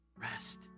Rest